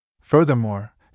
Furthermore